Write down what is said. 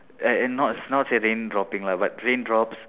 and and not not say rain dropping lah but raindrops